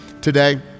today